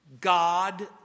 God